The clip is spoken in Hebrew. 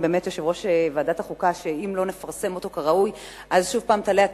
יושב-ראש ועדת החוקה באמת ראה שאם לא נפרסם אותו כראוי תעלה שוב הטענה,